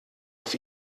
auf